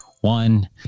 One